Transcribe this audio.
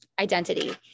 identity